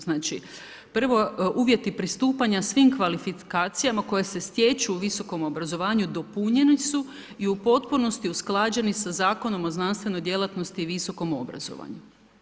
Znači, prvo uvjeti pristupanja svih kvalifikacija, koji se stječu u visokom obrazovanju, dopunjeni su i u potpunosti usklađeni sa Zakonom o znanstvenoj djelatnosti i visokom obrazovanju.